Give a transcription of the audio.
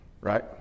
Right